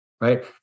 right